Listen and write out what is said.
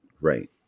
right